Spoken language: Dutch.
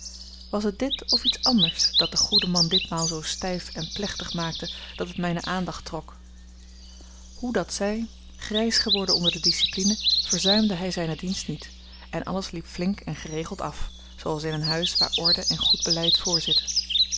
was het dit of iets anders dat den goeden man ditmaal zoo stijf en plechtig maakte dat het mijne aandacht trok hoe dat zij grijs geworden onder de discipline verzuimde hij zijne dienst niet en alles liep flink en geregeld af zooals in een huis waar orde en goed beleid voorzitten